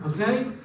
okay